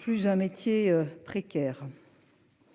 Plus un métier précaire.--